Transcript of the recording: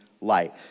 light